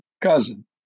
cousin